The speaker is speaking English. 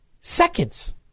seconds